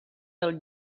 del